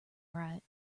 right